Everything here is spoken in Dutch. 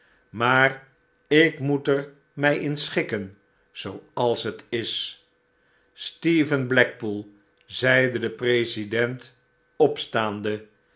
maar ik moet er mij in schikken zooals het is stephen blackpool zeide de president opstaande